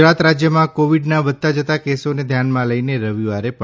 ગુજરાત રાજ્યમાં કોવિડના વધતા જતાં કેસોને ધ્યાનમાં લઈને રવિવારે પણ